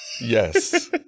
Yes